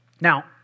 Now